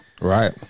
Right